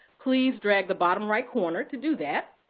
please drag the bottom right corner to do that.